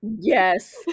Yes